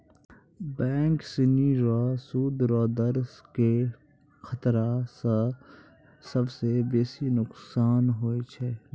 bank सिनी रो सूद रो दर के खतरा स सबसं बेसी नोकसान होय छै